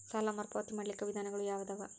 ಸಾಲ ಮರುಪಾವತಿ ಮಾಡ್ಲಿಕ್ಕ ವಿಧಾನಗಳು ಯಾವದವಾ?